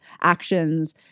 actions